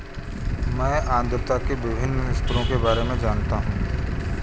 मैं आर्द्रता के विभिन्न स्तरों के बारे में जानना चाहता हूं